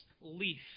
leaf